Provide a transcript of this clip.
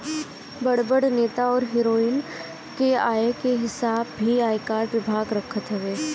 बड़ बड़ नेता अउरी हीरो हिरोइन के आय के हिसाब भी आयकर विभाग रखत हवे